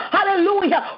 Hallelujah